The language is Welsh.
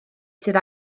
sydd